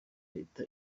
leta